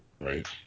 right